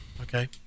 Okay